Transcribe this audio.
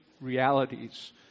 realities